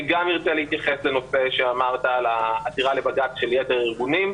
אני גם ארצה להתייחס לנושא שאמרת לגבי העתירה לבג"ץ של יתר הארגונים.